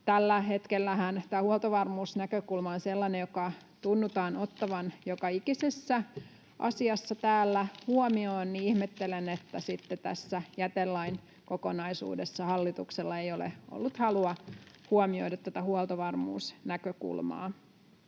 Tällä hetkellähän tämä huoltovarmuusnäkökulma on sellainen, joka tunnutaan ottavan joka ikisessä asiassa täällä huomioon, niin että ihmettelen, että sitten tässä jätelain kokonaisuudessa hallituksella ei ole ollut halua huomioida tätä huoltovarmuusnäkökulmaa.